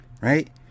right